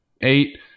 Eight